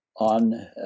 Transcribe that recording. on